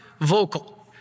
vocal